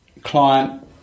client